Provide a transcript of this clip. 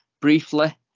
briefly